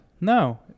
no